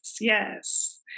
yes